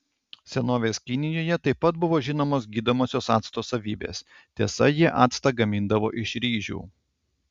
senovės kinijoje taip pat buvo žinomos gydomosios acto savybės tiesa jie actą gamindavo iš ryžių